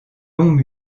long